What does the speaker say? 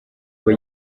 aba